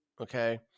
Okay